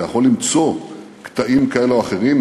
אתה יכול למצוא קטעים כאלה ואחרים,